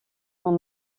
dans